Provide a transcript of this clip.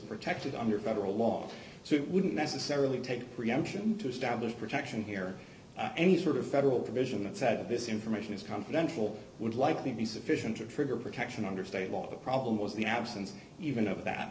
protected under federal law so it wouldn't necessarily take preemption to establish protection here any sort of federal provision that said this information is confidential would likely be sufficient to trigger protection under state law the problem was the absence even of that